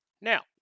Now